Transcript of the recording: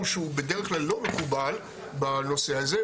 שהוא בדרך כלל לא מקובל בנושא הזה,